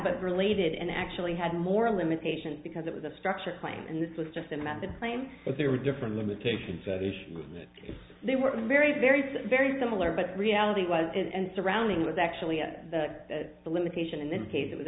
but related and actually had more limitations because it was a structure claim and this was just a method claim that there were different limitations they were very very very similar but reality was and surrounding was actually the limitation in this case it was